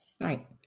right